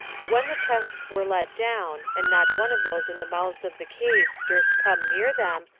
but when the chests were let down, and not one of those in the mouths of the caves durst come near them,